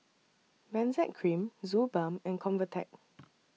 Benzac Cream Suu Balm and Convatec